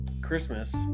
Christmas